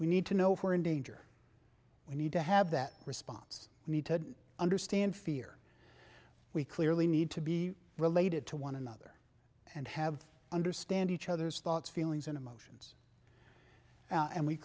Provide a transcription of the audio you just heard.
we need to know for in danger we need to have that response you need to understand fear we clearly need to be related to one another and have understand each other's thoughts feelings and emotions and we